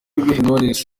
knowless